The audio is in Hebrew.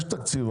יש תקציב,